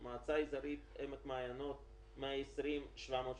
מועצה אזוריות עמק המעיינות 120,735,